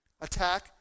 Attack